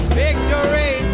victory